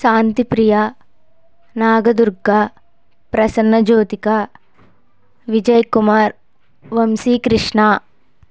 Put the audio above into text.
Shanti Priya Naga Durga Prasanna Jyothika Vijay Kumar Vamsi Krishna